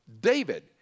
David